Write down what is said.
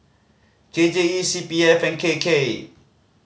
K J E C P F and K K